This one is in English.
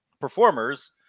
performers